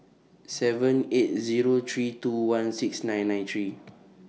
seven eight Zero three two one six nine nine three